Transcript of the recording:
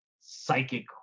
psychic